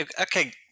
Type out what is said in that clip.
okay